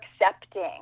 accepting